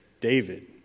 David